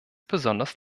besonders